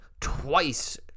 twice